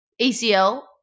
acl